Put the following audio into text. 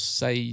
say